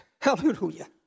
hallelujah